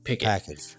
package